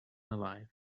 alive